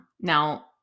Now